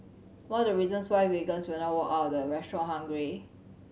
one of the reasons why vegans will not walk out of the restaurant hungry